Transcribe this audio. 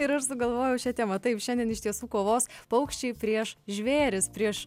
ir aš sugalvojau šią temą taip šiandien iš tiesų kovos paukščiai prieš žvėris prieš